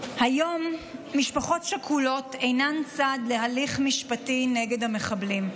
היום משפחות שכולות אינן צד להליך משפטי נגד המחבלים.